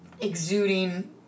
exuding